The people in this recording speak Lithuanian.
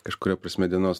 kažkuria prasme dienos